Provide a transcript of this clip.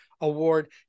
award